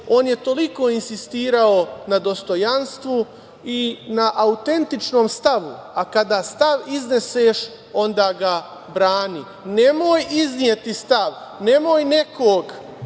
on je toliko insistirao na dostojanstvu i na autentičnom stavu, a kada stav izneseš onda ga brani. Nemoj izneti stav, nemoj nekog